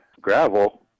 gravel